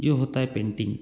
ये होता है पेंटिंग